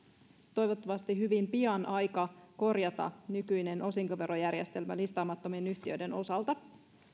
toivottavasti hyvin pian sen aika korjata nykyinen osinkoverojärjestelmä listaamattomien yhtiöiden osalta